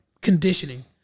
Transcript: conditioning